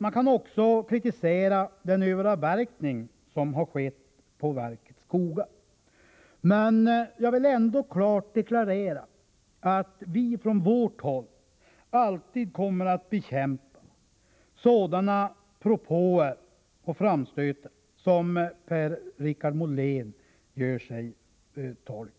Man kan också kritisera den överavverkning som har skett på verkets skogar. Men jag vill ändå klart deklarera att vi från vårt håll alltid kommer att bekämpa sådana propåer och framstötar som Per-Richard Molén gör sig till tolk